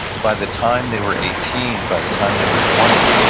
by the time they were eighteen, by the time they were twenty,